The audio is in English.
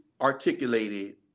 articulated